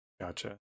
gotcha